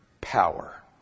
power